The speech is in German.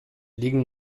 liegen